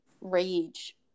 rage